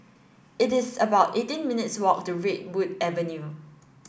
it is about eighteen minutes' walk to Redwood Avenue